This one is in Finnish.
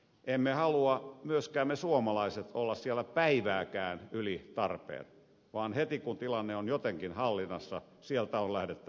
emme me suomalaiset halua myöskään olla siellä päivääkään yli tarpeen vaan heti kun tilanne on jotenkin hallinnassa sieltä on lähdettävä pois